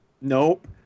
Nope